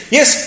Yes